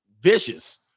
vicious